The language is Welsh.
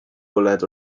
bwled